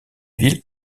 ville